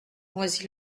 noisy